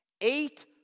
eight